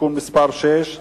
(תיקון מס' 6),